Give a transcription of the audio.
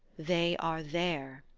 they are there,